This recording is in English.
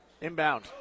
Inbound